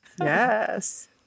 Yes